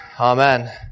amen